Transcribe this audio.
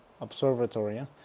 observatory